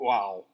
Wow